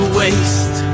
waste